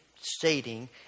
stating